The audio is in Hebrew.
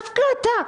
דווקא אתה?